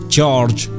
George